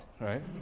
right